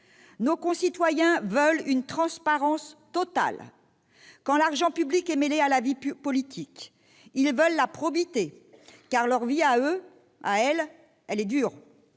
Nos concitoyens veulent une transparence totale quand l'argent public est mêlé à la vie politique. Ils veulent la probité, car leur vie est dure